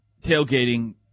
tailgating